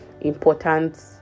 important